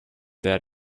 that